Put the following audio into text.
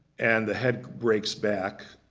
and the head breaks back.